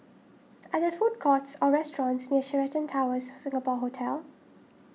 are there food courts or restaurants near Sheraton Towers Singapore Hotel